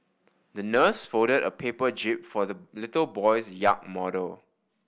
the nurse folded a paper jib for the little boy's yacht model